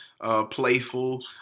Playful